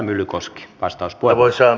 arvoisa herra puhemies